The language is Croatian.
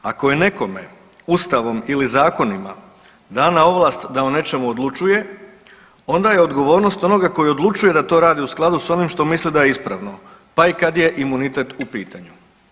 Ako je nekome Ustavom ili zakonima dana ovlast da o nečemu odlučuje, onda je odgovornost onoga koji odlučuje da to radi u skladu s onim što misli da je ispravno pa i kad je imunitet u pitanju.